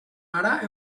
ara